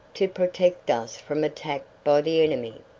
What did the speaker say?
to protect us from attack by the enemy.